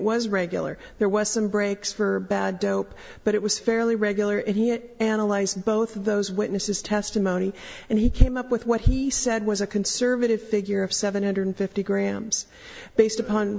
was regular there was some breaks for bad dope but it was fairly regular and he it analyzed both of those witnesses testimony and he came up with what he said was a conservative figure of seven hundred fifty grams based upon